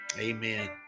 Amen